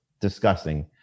discussing